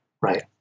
Right